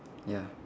ya